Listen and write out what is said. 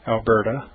Alberta